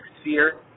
sphere